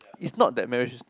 it's not that marriage